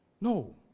No